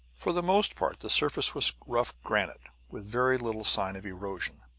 for the most part, the surface was rough granite, with very little sign of erosion.